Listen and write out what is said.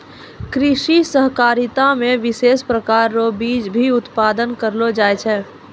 कृषि सहकारिता मे विशेष प्रकार रो बीज भी उत्पादन करलो जाय छै